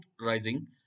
rising